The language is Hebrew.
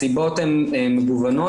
הסיבות הן מגוונות,